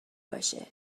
باشه